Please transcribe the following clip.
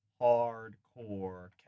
hardcore